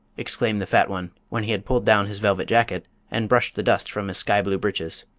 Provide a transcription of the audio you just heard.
exclaimed the fat one, when he had pulled down his velvet jacket and brushed the dust from his sky-blue breeches.